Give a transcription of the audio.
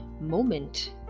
moment